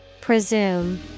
Presume